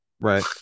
Right